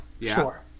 Sure